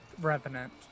revenant